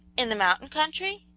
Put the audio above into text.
in the mountain country?